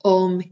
om